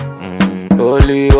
holy